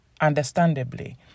understandably